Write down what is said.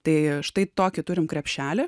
tai štai tokį turim krepšelį